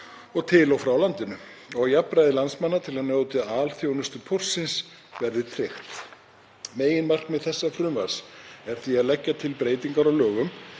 og til og frá landinu og jafnræði landsmanna til að njóta alþjónustu póstsins verði tryggt. Meginmarkmið þessa frumvarps er því að leggja til breytingar á lögum